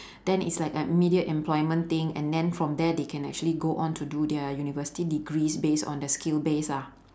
then it's like a immediate employment thing and then from there they can actually go on to do their university degrees based on their skill base ah